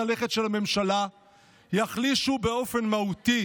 הלכת של הממשלה יחלישו באופן מהותי